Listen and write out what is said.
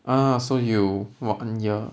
ah so you walk in year